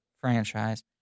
franchise